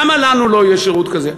למה לנו לא יהיה שירות כזה?